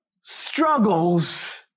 struggles